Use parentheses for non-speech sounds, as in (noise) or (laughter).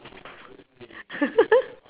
(laughs)